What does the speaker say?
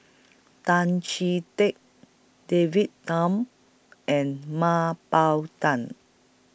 Tan Chee Teck David Tham and Mah Bow Tan